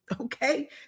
okay